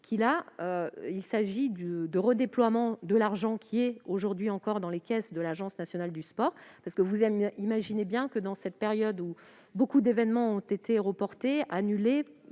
proviennent du redéploiement de l'argent qui se trouve aujourd'hui encore dans les caisses de l'Agence nationale du sport. Vous imaginez bien que, en cette période où beaucoup d'événements ont été reportés, voire annulés,